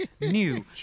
new